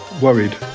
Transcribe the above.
worried